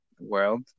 world